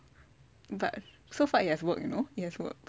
but so far it has worked you know it has worked